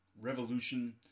revolution